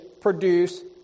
produce